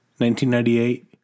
1998